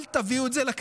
אל תביאו את זה לכנסת,